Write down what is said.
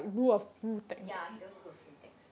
ya he don't do a full technique